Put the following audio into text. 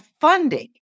funding